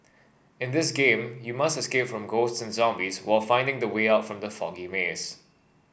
in this game you must escape from ghosts and zombies while finding the way out from the foggy maze